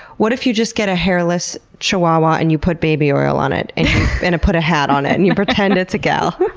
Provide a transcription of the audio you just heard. what if you just get a hairless chihuahua, and you put baby oil on it and put a hat on it and you pretend it's a gal?